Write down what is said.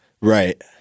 Right